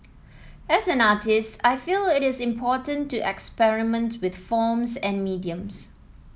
as an artist I feel it is important to experiment with forms and mediums